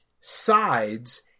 sides